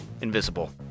invisible